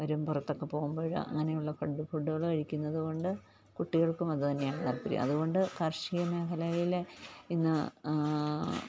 അവരും പുറത്തൊക്കെ പോകുമ്പോള് അങ്ങനെയുള്ള ഫഡ് ഫുഡുകള് കഴിക്കുന്നതുകൊണ്ട് കുട്ടികൾക്കും അതുതന്നെയാണ് താല്പര്യം അതുകൊണ്ട് കർഷിക മേഖലയിലെ ഇന്ന്